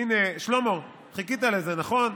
הינה, שלמה, חיכית לזה, נכון?